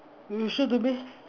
you sure delete